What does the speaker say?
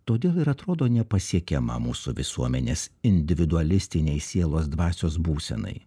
todėl ir atrodo nepasiekiama mūsų visuomenės individualistinei sielos dvasios būsenai